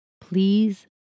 Please